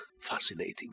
fascinating